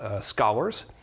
Scholars